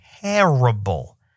terrible